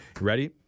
Ready